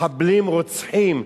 מחבלים רוצחים,